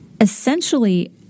essentially